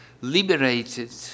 liberated